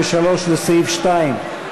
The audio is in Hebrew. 53 לסעיף 2: